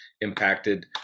impacted